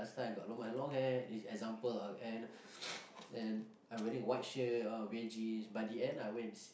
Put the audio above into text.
last time I got l~ my long hair is example lah and and I'm wearing a white shirt oh grey jeans but in the end I went